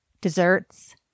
desserts